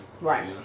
Right